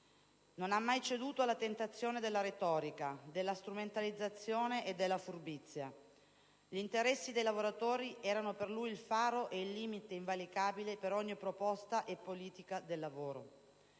Non ha mai ceduto alla tentazione della retorica, della strumentalizzazione e della furbizia. Gli interessi dei lavoratori erano per lui il faro ed il limite invalicabile per ogni proposta e politica del lavoro.